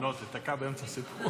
לא, תיתקע באמצע סיפור.